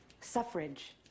suffrage